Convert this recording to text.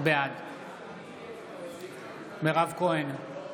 בעד מירב כהן,